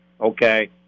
okay